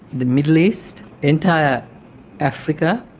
the middle east, entire africa,